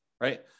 right